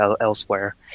elsewhere